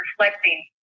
reflecting